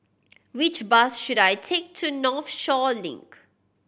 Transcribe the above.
which bus should I take to Northshore Link